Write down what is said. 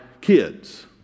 kids